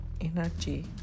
energy